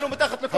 מתחת לכל רמה.